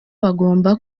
bagomba